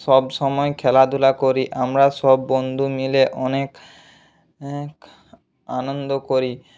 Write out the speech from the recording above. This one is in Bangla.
সবসময় খেলাধূলা করি আমরা সব বন্ধু মিলে অনেক আনন্দ করি